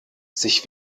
sich